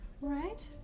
Right